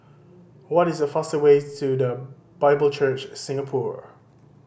what is the fastest way to The Bible Church Singapore